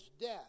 death